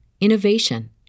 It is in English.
innovation